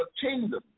kingdom